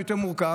שהוא יותר מורכב,